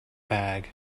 bag